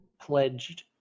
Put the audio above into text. pledged